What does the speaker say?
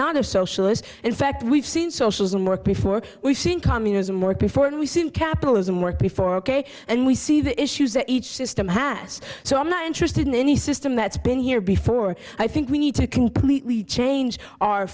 not a socialist in fact we've seen socialism work before we've seen communism work before and we seem capitalism worked before ok and we see the issues that each system has so i'm not interested in any system that's been here before i think we need to completely change our